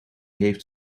heeft